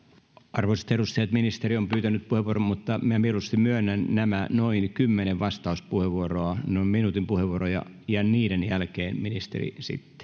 arvoisat edustajat ministeri on pyytänyt puheenvuoron mutta minä mieluusti myönnän nämä noin kymmenen vastauspuheenvuoroa minuutin puheenvuoroja ja niiden jälkeen ministeri sitten jos